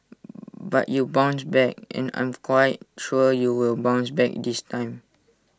but you bounced back and I'm quite sure you will bounce back this time